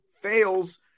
fails